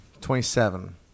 Twenty-seven